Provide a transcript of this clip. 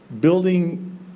building